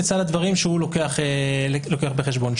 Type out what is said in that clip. והוא צריך לקחת את זה בחשבון.